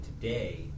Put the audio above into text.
today